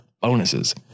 bonuses